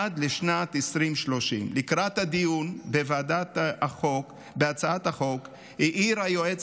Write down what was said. עד לשנת 2030. לקראת הדיון בוועדה בהצעת החוק העיר הייעוץ